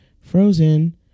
frozen